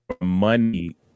money